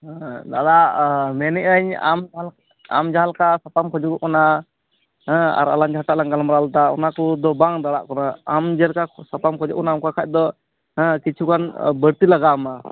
ᱦᱮᱸ ᱫᱟᱫᱟ ᱢᱮᱱᱮᱜ ᱟᱹᱧ ᱟᱢ ᱡᱟᱦᱟ ᱞᱮᱠᱟ ᱟᱢ ᱡᱟᱦᱟ ᱞᱮᱠᱟ ᱥᱟᱯᱟᱢ ᱠᱷᱚᱡᱚᱜ ᱠᱟᱱᱟ ᱦᱮᱸ ᱟᱨ ᱟᱞᱟᱝ ᱡᱟᱦᱟᱸ ᱴᱟᱜ ᱞᱟᱝ ᱜᱟᱞᱢᱟᱨᱟᱣ ᱞᱮᱫᱟ ᱚᱱᱟ ᱠᱚᱫᱚ ᱵᱟᱝ ᱨᱟᱲᱟᱜ ᱠᱟᱱᱟ ᱟᱢ ᱡᱮᱞᱮᱠᱟ ᱥᱟᱯᱟᱢ ᱠᱷᱚᱡᱚᱜ ᱠᱟᱱᱟ ᱚᱱᱠᱟ ᱠᱷᱟᱡ ᱫᱚ ᱦᱮᱸ ᱠᱤᱪᱷᱩ ᱜᱟᱱ ᱵᱟᱹᱲᱛᱤ ᱞᱟᱜᱟᱣ ᱟᱢᱟ